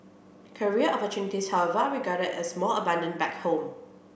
career opportunities however are regarded as more abundant back home